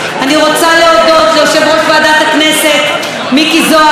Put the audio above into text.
אני רוצה להודות ליושב-ראש ועדת הכנסת מיקי זוהר.